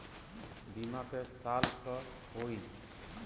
बीमा क साल क होई?